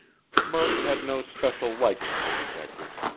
murk had no special liking for detectives,